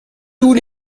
tous